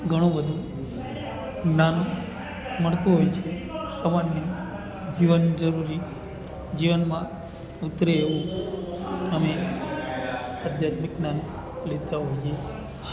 ઘણું બધું જ્ઞાન મળતું હોય છે સામાન્ય જીવન જરૂરી જીવનમાં ઉતરે એવું અમે આધ્યાત્મિક જ્ઞાન લેતા હોઈએ છે